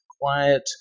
quiet